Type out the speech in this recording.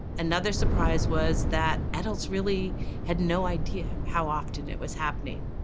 another surprise was that adults really had no idea how often it was happening.